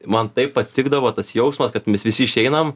man taip patikdavo tas jausmas kad mes visi išeinam